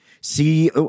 see